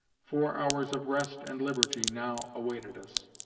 four hours of rest and liberty now awaited us.